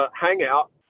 hangout